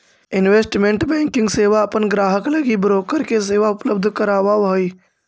investment banking सेवा अपन ग्राहक लगी ब्रोकर के सेवा उपलब्ध करावऽ हइ